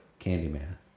Candyman